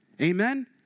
Amen